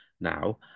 now